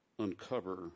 uncover